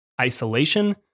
isolation